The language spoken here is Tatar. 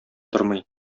тормый